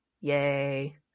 yay